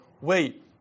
wait